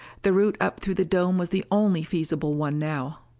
the route up through the dome was the only feasible one now.